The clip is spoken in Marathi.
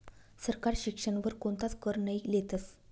सरकार शिक्षण वर कोणताच कर नही लेतस